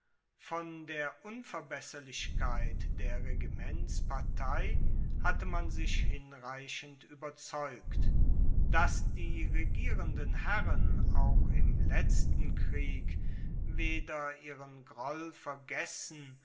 von der unverbesserlichkeit der regimentspartei hatte man sich hinreichend ueberzeugt dass die regierenden herren auch im letzten krieg weder ihren groll vergessen